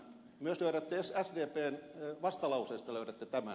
myös sdpn vastalauseesta löydätte tämän